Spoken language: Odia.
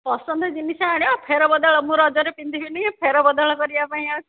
ପସନ୍ଦ ଜିନିଷ ଆଣିବ ଫେର ବଦଳ ମୁଁ ରଜରେ ପିନ୍ଧିବିନି ଫେର ବଦଳ କରିବା ପାଇଁ